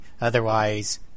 Otherwise